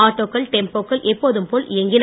ஆட்டோக்கள் டெம்போக்கள் எப்போதும் போல் இயங்கின